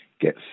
get